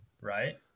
right